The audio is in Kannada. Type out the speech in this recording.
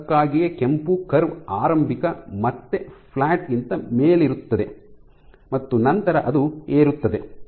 ಅದಕ್ಕಾಗಿಯೇ ಕೆಂಪು ಕರ್ವ್ ಆರಂಭಿಕ ಮತ್ತೆ ಫ್ಲಾಟ್ ಗಿಂತ ಮೇಲಿರುತ್ತದೆ ಮತ್ತು ನಂತರ ಅದು ಏರುತ್ತದೆ